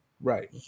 Right